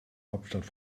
hauptstadt